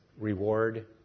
reward